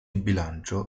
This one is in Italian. bilancio